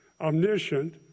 omniscient